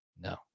No